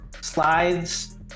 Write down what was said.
slides